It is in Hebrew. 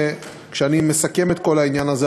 כשאני מסכם את כל העניין הזה,